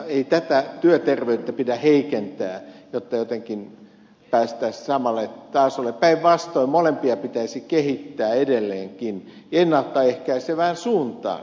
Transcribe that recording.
ei työterveyttä pidä heikentää jotta jotenkin päästäisiin samalle tasolle päinvastoin molempia pitäisi kehittää edelleenkin ennalta ehkäisevään suuntaan